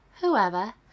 whoever